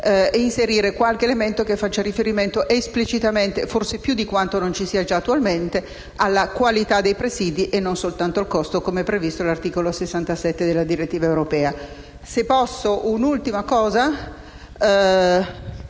è possibile) qualche elemento che faccia riferimento esplicitamente - forse più di quanto non sia già attualmente - alla qualità dei presidi e non soltanto al costo, come previsto dall'articolo 67 della direttiva europea.